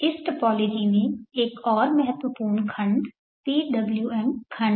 इस टोपोलॉजी में एक और महत्वपूर्ण खंड PWM खंड है